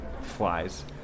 flies